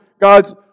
God's